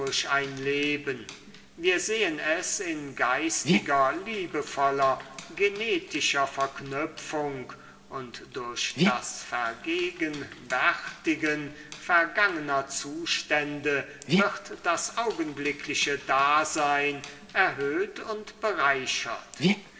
ein leben wir sehen es in geistiger liebevoller genetischer verknüpfung und durch das vergegenwärtigen vergangener zustände wird das augenblickliche dasein erhöht und bereichert